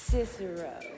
Cicero